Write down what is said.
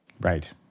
Right